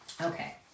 Okay